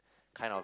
kind of